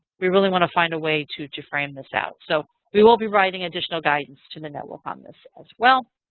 we really want to find a way to to frame this out. so we will be writing additional guidance to the network on this as well.